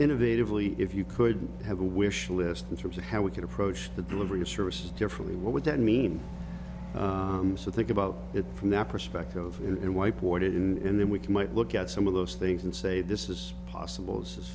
innovative really if you could have a wish list in terms of how we could approach the delivery of services differently what would that mean to think about it from that perspective and why poured it in then we can might look at some of those things and say this is possible says